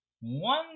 one